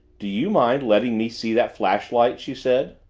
do you mind letting me see that flashlight? she said.